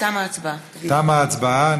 תמה ההצבעה.